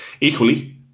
equally